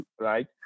right